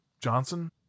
Johnson